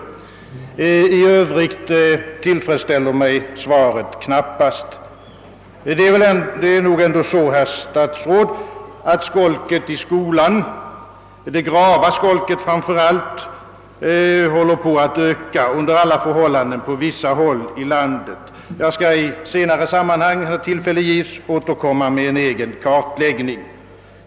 I övrigt tillfredsställer mig svaret knappast. Det är nog ändå så, herr statsråd, att skolket i skolan, framför allt det grava skolket, håller på att öka — under alla förhållanden på vissa håll i landet. Jag skall i senare sammanhang, när tillfälle ges, återkomma med en egen kartläggning.